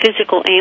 physical